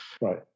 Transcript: right